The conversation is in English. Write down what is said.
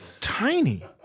tiny